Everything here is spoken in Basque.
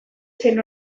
zen